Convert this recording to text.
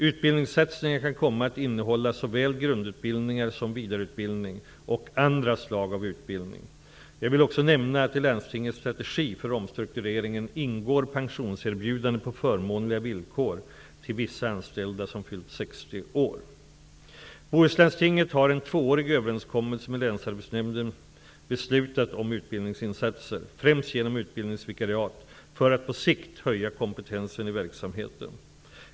Utbildningssatsningen kan komma att innehålla såväl grundutbildningar som vidareutbildning och andra slag av utbildning. Jag vill också nämna att i Landstingets strategi för omstruktureringen ingår pensionserbjudande på förmånliga villkor till vissa anställda som fyllt 60 år. Bohuslandstinget har i en tvåårig överenskommelse med Länsarbetsnämnden beslutat om utbildningsinsatser, främst genom utbildningsvikariat, för att på sikt höja kompetensen i verksamheten.